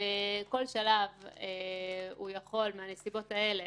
שבכל שלב הוא יכול מהנסיבות האלה